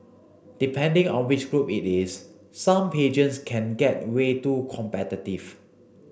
depending on which group it is some pageants can get way too competitive